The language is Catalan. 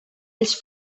ells